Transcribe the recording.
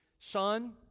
Son